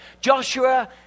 Joshua